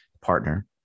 partner